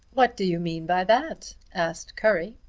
what do you mean by that? asked currie.